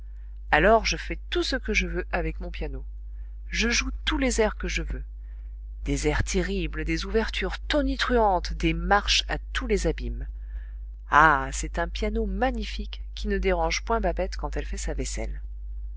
alors je fais tout ce que je veux avec mon piano je joue tous les airs que je veux des airs terribles des ouvertures tonitruantes des marches à tous les abîmes ah c'est un piano magnifique qui ne dérange point babette quand elle fait sa vaisselle